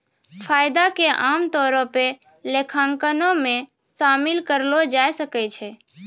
फायदा के आमतौरो पे लेखांकनो मे शामिल करलो जाय सकै छै